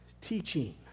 teaching